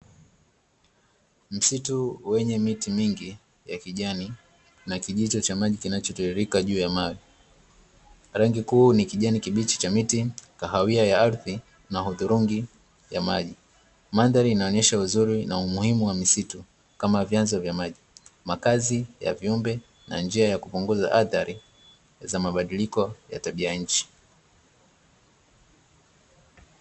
Msitu wenye miti mingi ya kijani na kijito cha maji kinachotiririka juu ya mawe, rangi kuu ni kijani kibichi cha miti, kahawiya ya ardhi na udhurungi ya maji. Mandhari inaonyesha uzuri na umuhimu wa misitu kama vyanzo vya maji, makazi ya viumbe na njia ya kupunguza athari za mabadiliko ya tabia ya nchi.